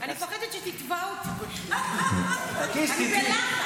אני מפחדת שתתבע אותי, אני בלחץ.